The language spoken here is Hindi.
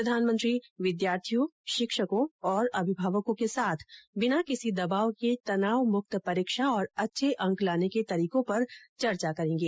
प्रधानमंत्री विद्यार्थियों शिक्षकों और अभिभावकों के साथ बिना किसी दबाव के तनावमुक्त परीक्षा और अच्छे अंक लाने के तरीकों पर चर्चा करेंगे